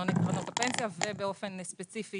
בתקנוני קרנות הפנסיה ובאופן ספציפי